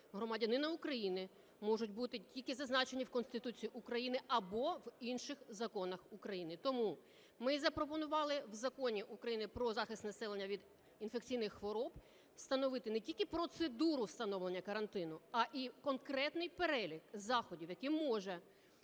громадянина України можуть бути тільки зазначені в Конституції України або в інших законах України. Тому ми запропонували в Законі України "Про захист населення від інфекційних хвороб" встановити не тільки процедуру встановлення карантину, а і конкретний перелік заходів, які може